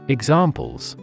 Examples